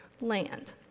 land